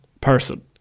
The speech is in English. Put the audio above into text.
person